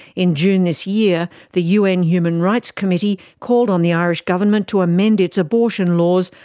in june this year, the un human rights committee called on the irish government to amend its abortion laws,